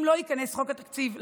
אם לא ייכנס חוק התקציב לתוקף,